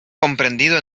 comprendido